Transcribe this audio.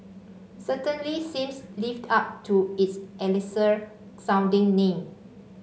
certainly seems lives up to its elixir sounding name